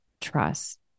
trust